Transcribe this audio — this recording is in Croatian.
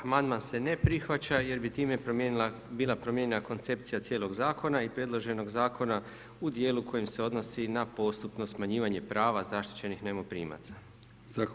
Amandman se ne prihvaća jer bi time bila promijenjena koncepcija cijelog zakona o predloženog zakona u dijelu kojim se odnosi na postupno smanjivanje prava zaštićenih najmoprimaca.